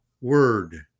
word